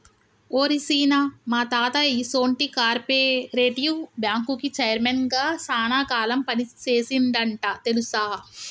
ఓరి సీన, మా తాత ఈసొంటి కార్పెరేటివ్ బ్యాంకుకి చైర్మన్ గా సాన కాలం పని సేసిండంట తెలుసా